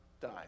die